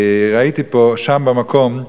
הייתי שם במקום,